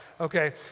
okay